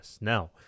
Now